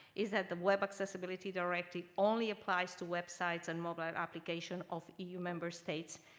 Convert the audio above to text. is that the web accessibility directive only applies to websites and mobile applications of eu member states,